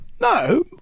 no